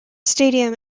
stadium